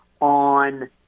on